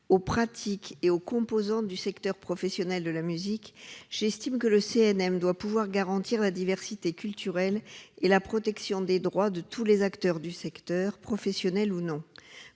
aux pratiques et aux composantes du secteur professionnel de la musique, j'estime que le CNM doit pouvoir garantir la diversité culturelle et la protection des droits de tous les acteurs du secteur, professionnels ou non.